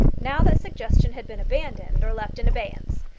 now that suggestion had been abandoned, or left in abeyance.